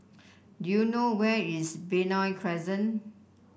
do you know where is Benoi Crescent